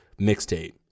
mixtape